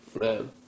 man